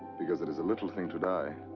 because it is a little thing to die.